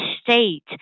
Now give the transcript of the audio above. state